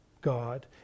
God